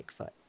Bigfoot